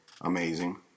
amazing